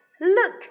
Look